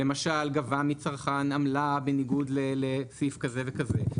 למשל גבה מצרכן עמלה בניגוד לסעיף כזה וכזה,